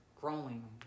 growing